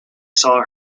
saw